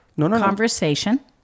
conversation